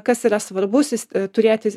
kas yra svarbu sis a turėti